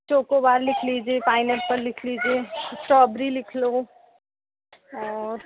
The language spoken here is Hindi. चोकोबार लिख लीजिए पाइन एप्पल लिख लीजिए स्ट्रॉबेरी लिख लो और